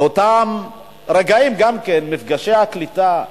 באותם רגעים גם מפגשי הקליטה,